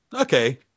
Okay